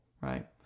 right